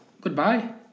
goodbye